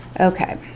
Okay